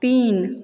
तीन